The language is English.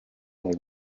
will